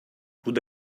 would